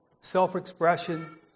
Self-expression